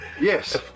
Yes